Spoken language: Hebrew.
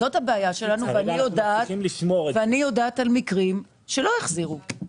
זאת הבעיה שלנו ואני יודעת על מקרים שלא החזירו,